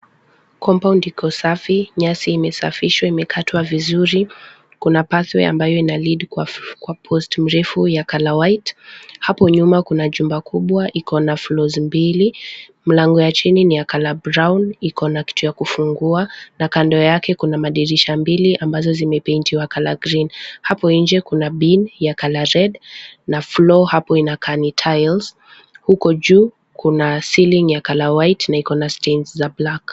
Compound iko safi. Nyasi imesafishwa imekatwa vizuri. Kuna pathway ambayo ina lead kwa post mrefu ya color white . Hapo nyuma kuna jumba kubwa iko na floors mbili. Mlango ya chini ni ya color brown . Iko na kitu ya kufungua na kando yake kuna madirisha mbili ambazo zimepeintiwa color green . Hapo nje kuna bin ya color red na floor hapo inakaa ni tiles . Huko juu kuna ceiling ya color white na iko na stains za black .